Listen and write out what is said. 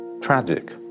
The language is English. tragic